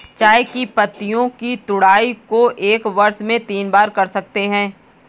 चाय की पत्तियों की तुड़ाई को एक वर्ष में तीन बार कर सकते है